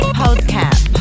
podcast